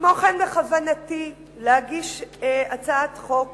כמו כן, בכוונתי להגיש הצעת חוק